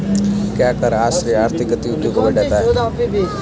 क्या कर आश्रय आर्थिक गतिविधियों को बढ़ाता है?